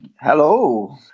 Hello